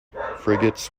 frigates